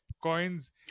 Coins